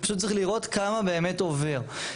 פשוט צריך לראות כמה באמת עובר.